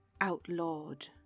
outlawed